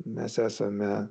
mes esame